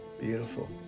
beautiful